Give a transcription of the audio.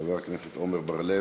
חבר הכנסת עמר בר-לב.